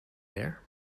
there